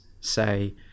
say